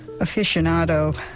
aficionado